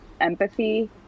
empathy